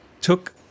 took